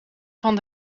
van